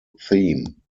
theme